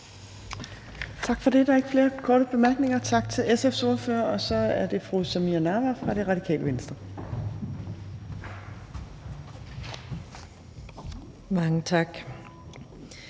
Tak for det. Der er ikke flere korte bemærkninger. Tak til SF's ordfører. Så er det fru Samira Nawa fra Radikale Venstre. Kl.